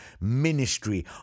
Ministry